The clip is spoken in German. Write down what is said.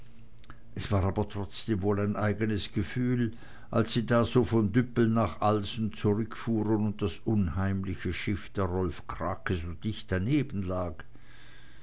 es war aber trotzdem wohl ein eigenes gefühl als sie da so von düppel nach alsen rüberfuhren und das unheimliche schiff der rolf krake so dicht danebenlag ja